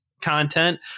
content